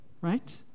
right